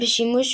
בשימוש